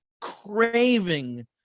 craving